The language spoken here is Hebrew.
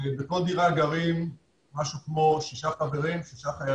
בכל דירה גרים משהו כמו שישה חיילים.